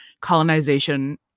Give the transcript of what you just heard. colonization